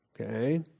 Okay